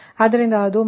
ಆದ್ದರಿಂದ ಅದು−1